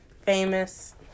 famous